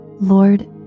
lord